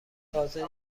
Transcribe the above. تازه